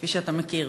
כפי שאתה מכיר.